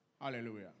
Hallelujah